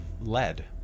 lead